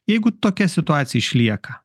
jeigu tokia situacija išlieka